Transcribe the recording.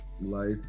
life